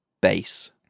base